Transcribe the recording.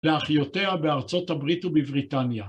לאחיותיה בארצות הברית ובבריטניה.